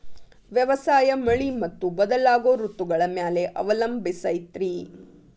ವ್ಯವಸಾಯ ಮಳಿ ಮತ್ತು ಬದಲಾಗೋ ಋತುಗಳ ಮ್ಯಾಲೆ ಅವಲಂಬಿಸೈತ್ರಿ